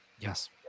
Yes